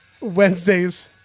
Wednesdays